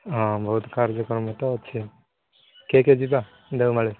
ହଁ ବହୁତ କାର୍ଯ୍ୟକ୍ରମ ତ ଅଛି କିଏ କିଏ ଯିବା ଦେଓମାଳି